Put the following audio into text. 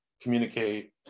communicate